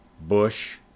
Bush